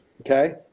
Okay